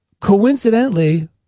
Coincidentally